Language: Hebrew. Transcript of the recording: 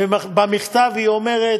ובמכתב היא אומרת: